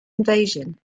invasion